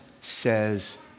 says